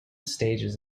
stages